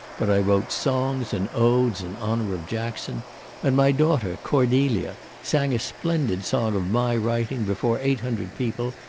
but i wrote songs and odes in honour of jackson and my daughter, cordelia, sang a splendid song of my writing, before eight hundred people,